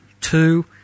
two